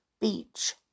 Beach